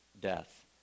death